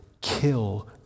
kill